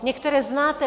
Některé znáte.